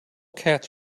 cats